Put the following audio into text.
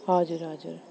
हजुर हजुर